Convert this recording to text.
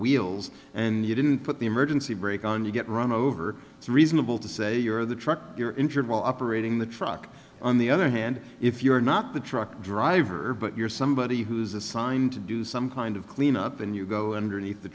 wheels and you didn't put the emergency brake on you get run over to reasonable to say you're the truck you're injured while operating the truck on the other hand if you're not the truck driver but you're somebody who's assigned to do some kind of cleanup and you go underneath the